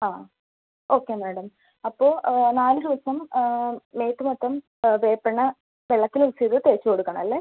ആ okay madam അപ്പോൾ നാല് ദിവസം മേത്ത് മൊത്തം വേപ്പെണ്ണ വെള്ളത്തിൽ മിക്സ് ചെയ്ത് തേച്ച് കൊടുക്കണം അല്ലേ